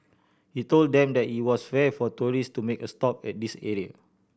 he told them that it was rare for tourist to make a stop at this area